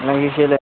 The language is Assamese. লাগিছিলে